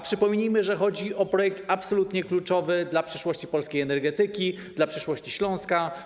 Przypomnijmy, że chodzi o projekt absolutnie kluczowy dla przyszłości polskiej energetyki, przyszłości Śląska.